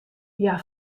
hja